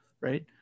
right